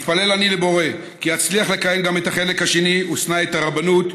מתפלל אני לבורא כי אצליח לקיים גם את החלק השני: "ושנא את הרבנות"